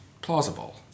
plausible